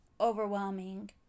overwhelming